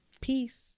Peace